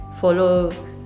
follow